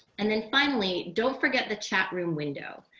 and then finally, don't forget the chat room window.